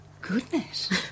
goodness